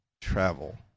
travel